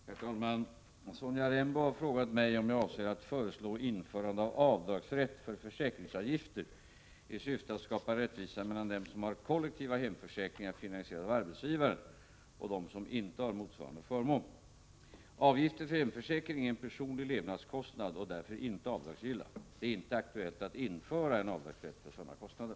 Herr talman! Sonja Rembo har frågat mig om jag avser att föreslå införande av avdragsrätt för försäkringsavgifter i syfte att skapa rättvisa mellan dem som har kollektiva hemförsäkringar finansierade av arbetsgivaren och dem som inte har motsvarande förmån. Avgifter för hemförsäkring är en personlig levnadskostnad och därför inte avdragsgilla. Det är inte aktuellt att införa en avdragsrätt för sådana kostnader.